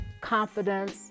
confidence